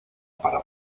para